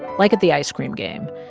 like at the ice cream game.